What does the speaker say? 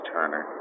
Turner